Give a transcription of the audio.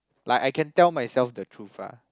like I can tell myself the truth lah